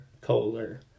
Kohler